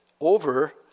over